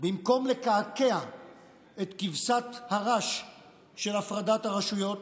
במקום לקעקע את כבשת הרש של הפרדת הרשויות,